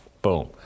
Boom